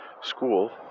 school